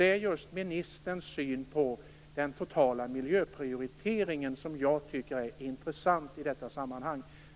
Det är just ministerns syn på den totala miljöprioriteringen som jag tycker är intressant i detta sammanhang.